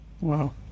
Wow